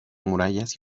murallas